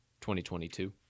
2022